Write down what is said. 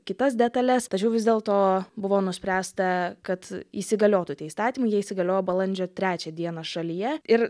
kitas detales tačiau vis dėlto buvo nuspręsta kad įsigaliotų tie įstatymai jie įsigaliojo balandžio trečią dieną šalyje ir